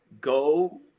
go